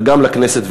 וגם לכנסת,